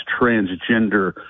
transgender